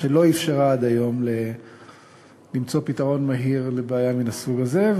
שלא אפשרה עד היום למצוא פתרון מהיר לבעיה מן הסוג הזה,